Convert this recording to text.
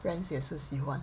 friends 也是喜欢